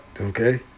okay